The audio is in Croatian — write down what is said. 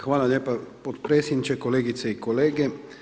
Hvala lijepo potpredsjedniče, kolegice i kolege.